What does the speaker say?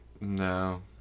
No